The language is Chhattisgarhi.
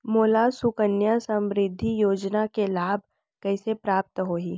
मोला सुकन्या समृद्धि योजना के लाभ कइसे प्राप्त होही?